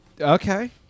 okay